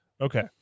Okay